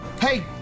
Hey